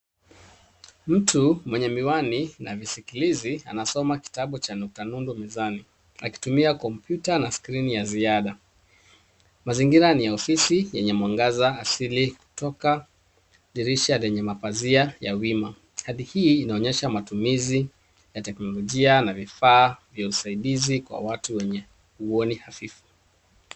Mtu mwenye miwani na visikilizi anasoma kitabu cha nukta nundu mezani akitumia kompyuta na skrini ya ziada. Mazingira ni ya ofisi yenye mwangaza asili kutoka dirisha lenye mapazia ya wima. Hali hii inaonyesha matumizi ya teknolojia na vifaa vya usaidizi wa watu wenye uoni hafifu.